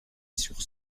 sur